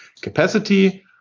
capacity